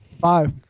Five